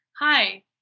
Hi